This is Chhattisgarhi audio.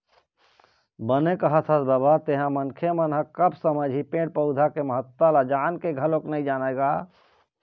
बने कहत हस बबा तेंहा मनखे मन ह कब समझही पेड़ पउधा के महत्ता ल जान के घलोक नइ जानय गा